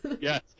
Yes